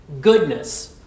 goodness